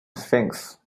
sphinx